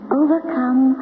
overcome